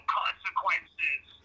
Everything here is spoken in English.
consequences